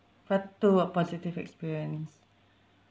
part two positive experience